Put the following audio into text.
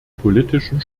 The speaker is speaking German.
politischen